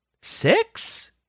six